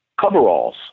coveralls